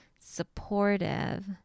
supportive